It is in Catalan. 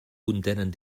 contenen